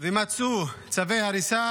מצאו צווי הריסה